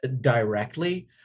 directly